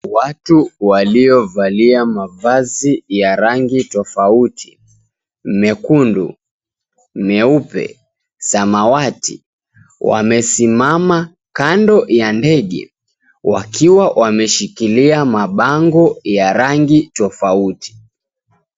Watu waliovalia mavazi ya rangi tofauti; mekundu, meupe, samawati, wamesimama kando ya ndege wakiwa wameshikilia mabango ya rangi tofauti.